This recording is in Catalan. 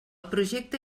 projecte